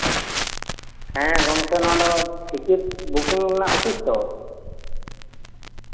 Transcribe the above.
ᱦᱮᱸ ᱜᱚᱢᱠᱮ ᱱᱚᱣᱟ ᱫᱚ ᱴᱤᱠᱤᱴ ᱵᱩᱠᱤᱝ ᱨᱮᱱᱟᱜ ᱚᱯᱷᱤᱤᱥ ᱛᱚ